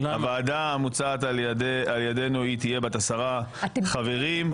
הוועדה המוצעת על ידינו תהיה בת עשרה חברים,